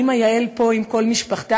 האימא יעל פה עם כל משפחתה,